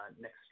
next